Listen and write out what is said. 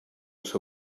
les